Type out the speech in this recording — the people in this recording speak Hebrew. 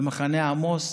במחנה עמוס,